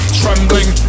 trembling